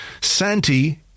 santi